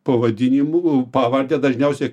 pavadinimu pavarde dažniausiai